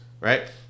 right